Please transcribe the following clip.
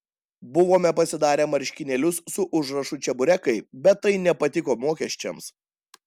buvome pasidarę marškinėlius su užrašu čeburekai bet tai nepatiko mokesčiams